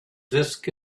disk